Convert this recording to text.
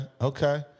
Okay